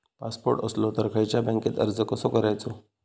Passport असलो तर खयच्या बँकेत अर्ज कसो करायचो?